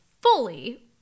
fully